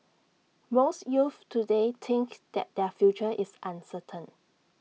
most youths today think that their future is uncertain